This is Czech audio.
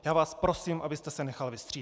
Já vás prosím, abyste se nechal vystřídat.